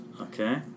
Okay